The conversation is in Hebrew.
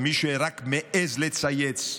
מי שרק מעז לצייץ,